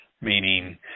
meaning